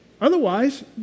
Otherwise